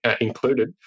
included